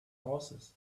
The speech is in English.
horses